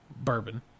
bourbon